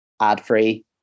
ad-free